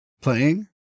playing